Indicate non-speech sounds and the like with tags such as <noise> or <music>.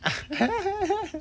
<laughs>